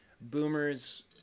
Boomers